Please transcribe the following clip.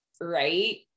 right